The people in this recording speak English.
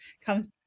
Comes